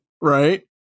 Right